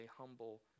humble